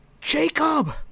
jacob